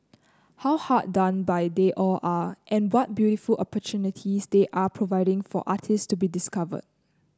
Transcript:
how hard done by they all are and what beautiful opportunities they're providing for artists to be discovered